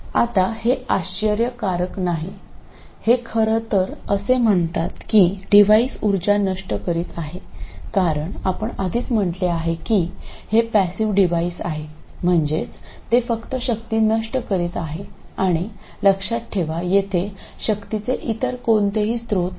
आता हे आश्चर्यकारक नाही हे खरं तर असे म्हणतात की डिव्हाइस उर्जा नष्ट करीत आहे कारण आपण आधीच म्हटले आहे की हे पॅसिव डिव्हाइस आहे म्हणजेच ते फक्त शक्ती नष्ट करीत आहे आणि लक्षात ठेवा येथे शक्तीचे इतर कोणतेही स्रोत नाही